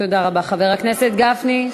תודה רבה, חבר הכנסת גפני.